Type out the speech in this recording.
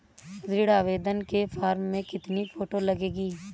ऋण आवेदन के फॉर्म में कितनी फोटो लगेंगी?